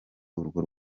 urwo